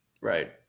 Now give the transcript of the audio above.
Right